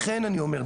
לכן אני אומר: